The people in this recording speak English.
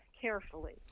carefully